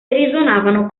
risuonavano